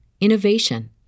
innovation